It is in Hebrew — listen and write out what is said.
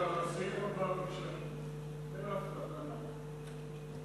לסעיף הבא, בבקשה.